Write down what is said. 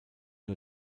nur